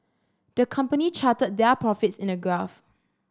the company charted their profits in a graph